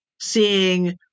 seeing